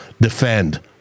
defend